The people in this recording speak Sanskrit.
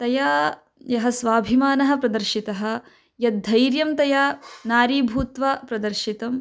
तया यः स्वाभिमानः प्रदर्शितः यद्धैर्यं तया नारी भूत्वा प्रदर्शितम्